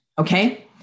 Okay